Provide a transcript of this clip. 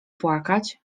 płakać